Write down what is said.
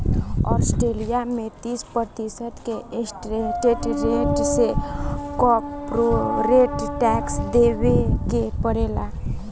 Australia में तीस प्रतिशत के स्टैंडर्ड रेट से कॉरपोरेट टैक्स देबे के पड़ेला